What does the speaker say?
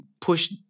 push